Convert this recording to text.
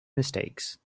mistakes